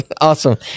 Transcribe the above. awesome